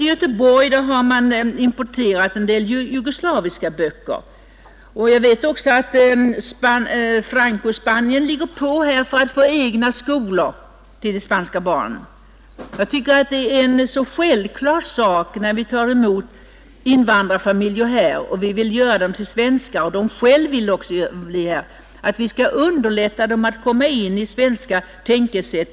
I Göteborg har man importerat en del jugoslaviska böcker. Jag vet också att Franco-Spanien ligger på oss för att få egna skolor till de spanska barnen. När vi tar emot invandrarfamiljer och vill göra dem till svenskar, något som de själva också vill, tycker jag att det är en självklar sak att vi underlättar för dem att komma in i ett svenskt tänkesätt.